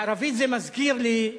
בערבית זה מזכיר לי,